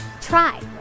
Try